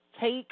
take